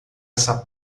essa